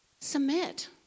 submit